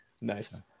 nice